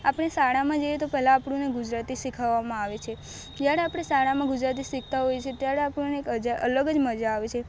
આપણે શાળામાં જઈએ તો પહેલાં આપણને ગુજરાતી શીખવવામાં આવે છે જયારે આપણે શાળામાં ગુજરાતી શિખતા હોય છે ત્યારે આપણને કંઈક અલગ જ મજા આવે છે